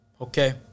okay